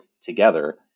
together